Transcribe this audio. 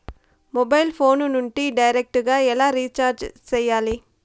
mobile phone నుండి direct గా ఎలా రీచార్జి సేయాలి